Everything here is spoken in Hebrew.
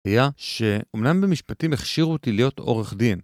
היה שאומנם במשפטים הכשירו אותי להיות עורך דין.